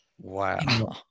wow